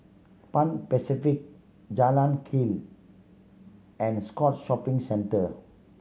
Pan Pacific Jalan Keli and Scotts Shopping Centre